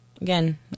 again